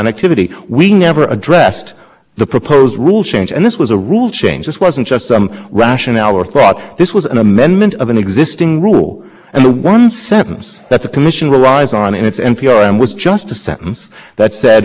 sentence that said for mobile broadband internet access service doesn't fit within the definition of commercial mobile service that was on there was a footnote that cited the rule defining public switch network now anyone i think reading that would think